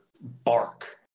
bark